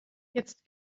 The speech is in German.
jetzt